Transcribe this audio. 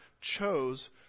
chose